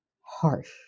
harsh